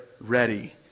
ready